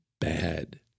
bad